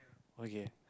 okay